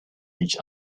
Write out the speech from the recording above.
each